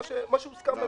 מה שהוסכם אתמול.